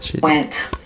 went